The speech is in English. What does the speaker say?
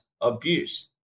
abuse